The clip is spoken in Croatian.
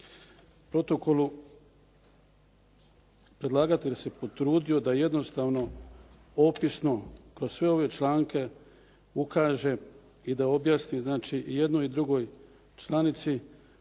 protokol predlagatelj se potrudio da jednostavno opisno kroz sve ove članke ukaže i da objasni jednoj i drugoj stranici